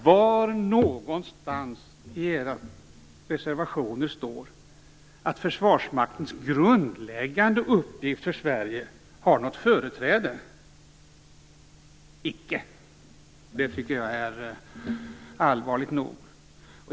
Var någonstans i era reservationer står det att Försvarsmaktens grundläggande uppgift för Sverige har något företräde? Det står icke. Det är allvarligt nog.